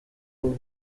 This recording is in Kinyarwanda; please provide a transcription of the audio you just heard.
wowe